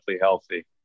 healthy